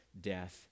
death